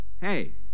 hey